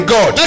God